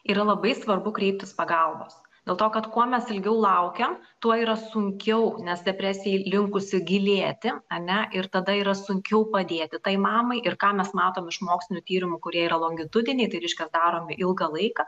yra labai svarbu kreiptis pagalbos dėl to kad kuo mes ilgiau laukiam tuo yra sunkiau nes depresija linkusi gilėti ane ir tada yra sunkiau padėti tai mamai ir ką mes matom iš mokslinių tyrimų kurie yra longitudiniai tai reiškias daromi ilgą laiką